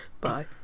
Bye